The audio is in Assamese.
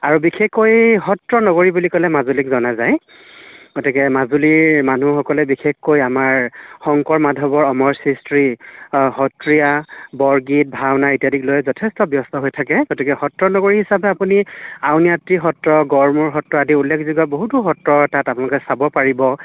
আৰু বিশেষকৈ সত্ৰনগৰী বুলি ক'লে মাজুলীক জনা যায় গতিকে মাজুলীৰ মানুহসকলে বিশেষকৈ আমাৰ শংকৰ মাধৱৰ অমৰ সৃষ্টি সত্ৰীয়া বৰগীত ভাওনা ইত্যাদিক লৈ যথেষ্ট ব্যস্ত হৈ থাকে গতিকে সত্ৰনগৰী হিচাপে আপুনি আউনীআটি গড়মূৰ সত্ৰ আদি উল্লেখযোগ্য বহুতো সত্ৰ তাত আপোনালোকে চাব পাৰিব